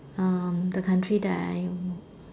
um the country that I